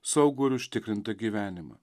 saugų ir užtikrintą gyvenimą